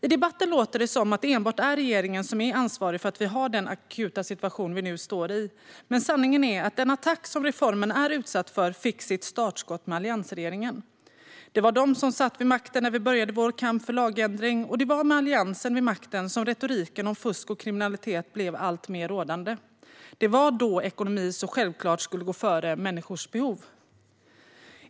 I debatten låter det som att det enbart är regeringen som är ansvarig för att vi har den akuta situation vi nu står i, men sanningen är att den attack som reformen är utsatt för fick sitt startskott med alliansregeringen. Det var den som satt vid makten när vi började vår kamp för lagändring, och det var med Alliansen vid makten som retoriken om fusk och kriminalitet blev alltmer rådande. Det var då ekonomi så självklart skulle gå före människors behov.